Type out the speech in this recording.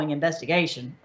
investigation